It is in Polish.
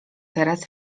teraz